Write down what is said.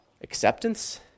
acceptance